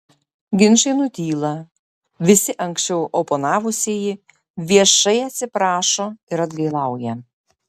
ginčai nutyla visi anksčiau oponavusieji viešai atsiprašo ir atgailauja